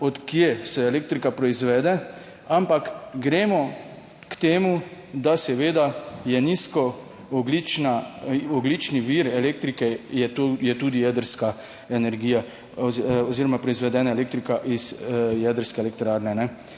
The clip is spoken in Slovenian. od kje se elektrika proizvede, ampak gremo k temu, da seveda je nizko ogljična, ogljični vir elektrike je, to je tudi jedrska energija oziroma proizvedena elektrika iz jedrske elektrarne.